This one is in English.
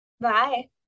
Bye